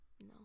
No